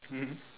mm